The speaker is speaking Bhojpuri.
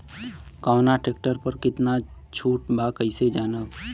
कवना ट्रेक्टर पर कितना छूट बा कैसे जानब?